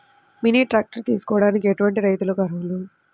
Mini tractor తీసుకోవడానికి ఎటువంటి రైతులకి అర్హులు?